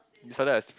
we started as friends